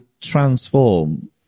transform